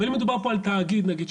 אבל אם מדובר פה על תאגיד למשל,